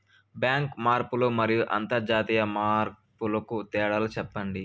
Bank మార్పులు మరియు అంతర్జాతీయ మార్పుల కు తేడాలు సెప్పండి?